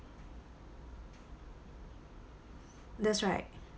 that's right